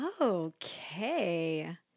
Okay